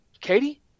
katie